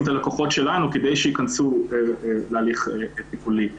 את הלקוחות שלנו כדי שייכנסו להליך טיפולי.